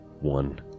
one